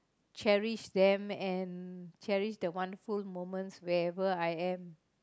cherish them and cherish the one full moments wherever I am